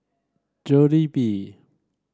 Jollibee